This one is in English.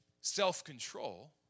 Self-control